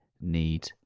need